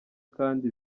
kandi